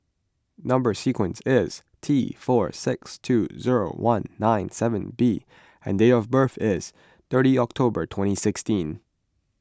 Number Sequence is T four six two zero one nine seven B and date of birth is thirty October twenty sixteen